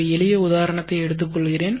ஒரு எளிய உதாரணத்தை எடுத்துக்கொள்கிறேன்